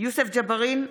יוסף ג'בארין,